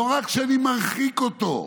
לא רק שאני מרחיק אותו,